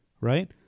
right